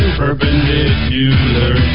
perpendicular